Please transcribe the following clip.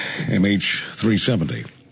MH370